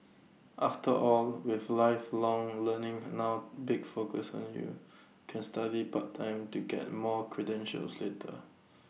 after all with lifelong learning A now big focus on you can study part time to get more credentials later